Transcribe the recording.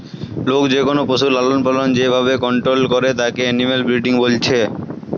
লোক যেকোনো পশুর লালনপালন যে ভাবে কন্টোল করে তাকে এনিম্যাল ব্রিডিং বলছে